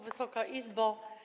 Wysoka Izbo!